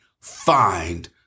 find